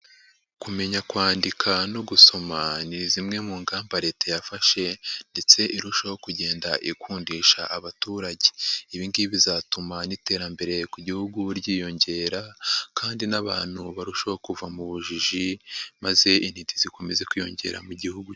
Kumenya kwandika no gusoma ni zimwe mu ngamba Leta yafashe ndetse irushaho kugenda ikundisha abaturage, ibi ngibi bizatuma n'iterambere ku Gihugu ryiyongera kandi n'abantu barusheho kuva mu bujiji maze intiti zikomeze kwiyongera mu Gihugu.